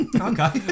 Okay